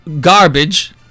garbage